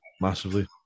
massively